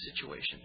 situation